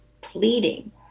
pleading